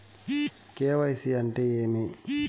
KYC అంటే ఏమి?